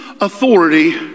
Authority